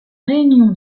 réunion